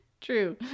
True